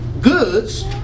goods